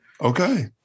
Okay